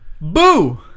Boo